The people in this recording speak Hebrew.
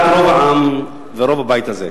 על דעת רוב העם ורוב הבית הזה.